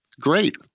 Great